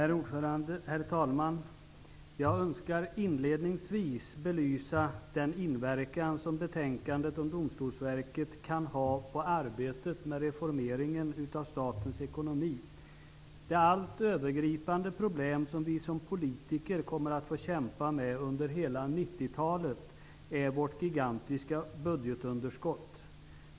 Herr talman! Jag önskar inledningsvis belysa den inverkan som förslagen i betänkandet om domstolsväsendet kan ha på arbetet med reformeringen av statens ekonomi. Det allt övergripande problem som vi som politiker kommer att få kämpa med under hela 90-talet är vårt gigantiska budgetunderskott.